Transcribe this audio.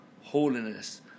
Holiness